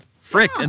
Frick